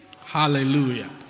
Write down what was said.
Hallelujah